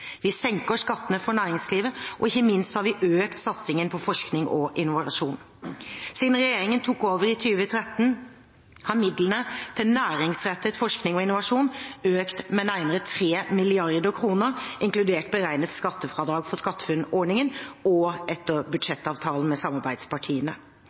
Vi senker skattene for næringslivet, og ikke minst har vi økt satsingen på forskning og innovasjon. Siden regjeringen tok over i 2013, har midlene til næringsrettet forskning og innovasjon økt med nærmere 3 mrd. kr, inkludert beregnet skattefradrag for SkatteFUNN-ordningen og etter